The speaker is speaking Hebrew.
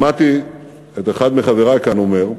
שמעתי את אחד מחברי כאן אומר,